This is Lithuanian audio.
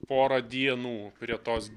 porą dienų prie tos